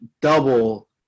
double